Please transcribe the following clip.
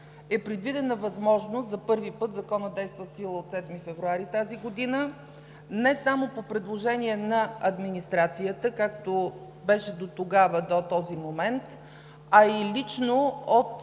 е предвидена възможност за първи път – Законът действа в сила от 7 февруари тази година, не само по предложение на администрацията, както беше до този момент, а и лично от